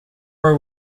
are